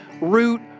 root